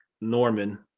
Norman